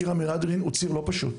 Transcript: ציר המהדרין הוא ציר לא פשוט,